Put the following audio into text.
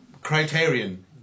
criterion